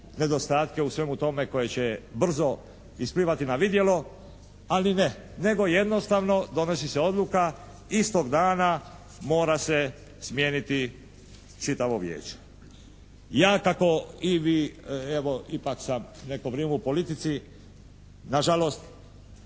nedostatke u svemu tome koje će brzo isplivati na vidjelo. Ali ne. Nego jednostavno donosi se odluka istog dana mora se smijeniti čitavo Vijeće. Ja kako i vi, evo ipak sam neko vrijeme u politici, nažalost